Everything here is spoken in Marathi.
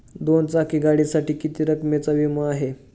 दोन चाकी गाडीसाठी किती रकमेचा विमा आहे?